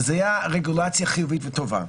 וזו הייתה רגולציה חיובית וטובה.